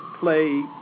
play